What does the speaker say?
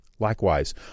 Likewise